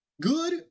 Good